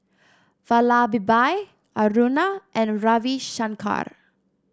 Vallabhbhai Aruna and Ravi Shankar